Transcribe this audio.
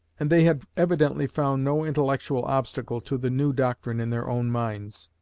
and they had evidently found no intellectual obstacle to the new doctrine in their own minds.